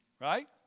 right